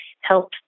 help